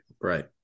right